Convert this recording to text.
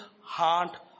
heart